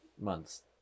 months